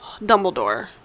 Dumbledore